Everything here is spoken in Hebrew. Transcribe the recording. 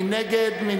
מי נגד?